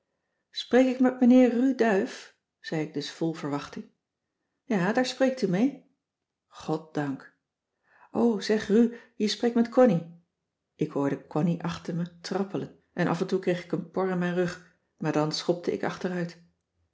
spreek ik met meneer ru duyf zei ik dus vol verwachting ja daar spreekt u mee goddank o zeg ru je spreekt met connie ik hoorde connie achter me trappelen en af en toe kreeg ik een por in mijn rug maar dan schopte ik achteruit